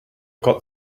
got